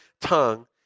tongue